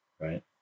right